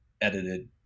edited